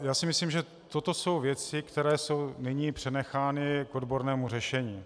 Já si myslím, že toto jsou věci, které jsou nyní přenechány k odbornému řešení.